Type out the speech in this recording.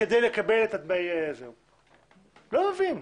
לא מבין.